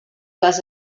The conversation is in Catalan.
les